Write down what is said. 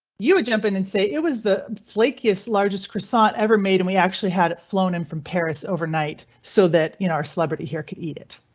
you are jumping and say it was the flakiest largest croissant ever made and we actually had it flown in from paris overnight so that in our celebrity here could eat it.